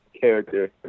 character